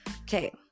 Okay